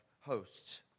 hosts